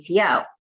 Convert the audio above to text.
ATO